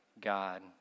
God